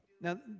now